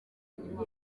hanyuma